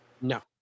No